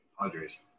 Padres